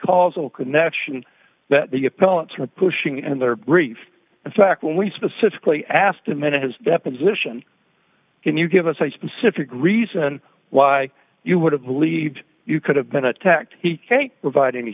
causal connection that the opponents are pushing and their grief in fact when we specifically asked him into his deposition can you give us a specific reason why you would have believed you could have been attacked he can't provide any